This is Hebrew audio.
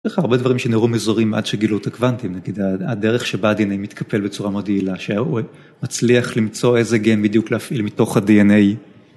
הרבה דברים שנראו מזורים עד שגילו את הקוונטים, נגיד הדרך שבה ה-DNA מתקפל בצורה מאוד יעילה, שהוא מצליח למצוא איזה גן בדיוק להפעיל מתוך ה-DNA.